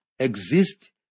exist